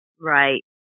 Right